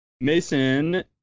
Mason